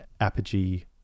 Apogee